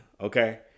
okay